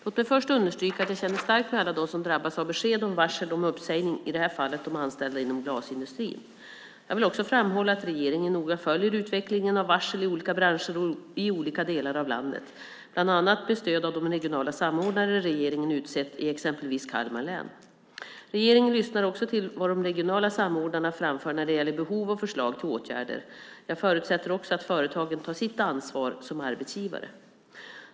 Låt mig först understryka att jag känner starkt med alla dem som drabbas av besked om varsel om uppsägning, i det här fallet de anställda inom glasindustrin. Jag vill också framhålla att regeringen noga följer utvecklingen av varsel i olika branscher och i olika delar av landet, bland annat med stöd av de regionala samordnare regeringen utsett i exempelvis Kalmar län. Regeringen lyssnar också till vad de regionala samordnarna framför när det gäller behov och förslag till åtgärder. Jag förutsätter också att företagen tar sitt ansvar som arbetsgivare.